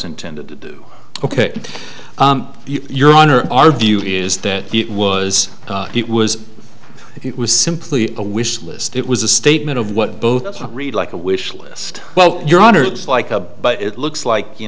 intended to do ok your honor our view is that it was it was it was simply a wish list it was a statement of what both read like a wish list well your honor it's like a but it looks like you